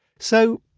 so,